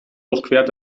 durchquert